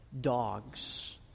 dogs